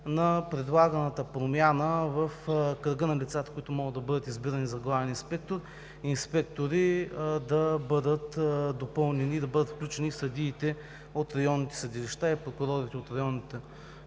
на предлаганата промяна в кръга на лицата, които могат да бъдат избирани за главен инспектор и инспектори, да бъдат допълнени и да бъдат включени от районните съдилища и прокурорите от районната